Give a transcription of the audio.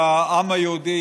לעם היהודי,